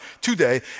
today